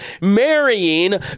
marrying